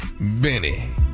Benny